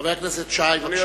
חבר הכנסת שי, בבקשה.